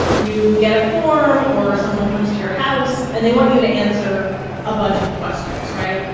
you get a form or someone comes to your house, and they want you to answer a bunch of questions, right?